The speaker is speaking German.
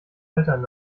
altern